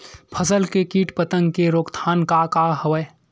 फसल के कीट पतंग के रोकथाम का का हवय?